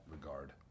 regard